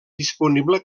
disponible